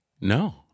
No